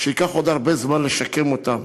שייקח הרבה זמן לשקם אותם.